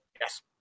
Yes